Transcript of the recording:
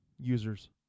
users